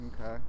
Okay